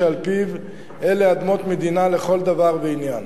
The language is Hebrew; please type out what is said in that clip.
שעל-פיו אלה אדמות מדינה לכל דבר ועניין.